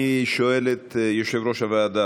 אני שואל את יושב ראש-הוועדה,